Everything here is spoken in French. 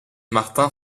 martin